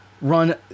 run